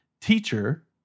teacher